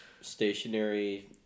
Stationary